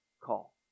call